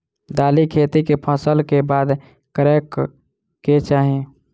दालि खेती केँ फसल कऽ बाद करै कऽ चाहि?